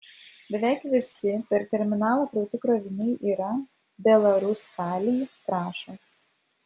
beveik visi per terminalą krauti kroviniai yra belaruskalij trąšos